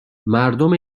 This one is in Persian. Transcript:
مردم